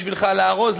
בשבילך לארוז?